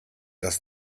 dass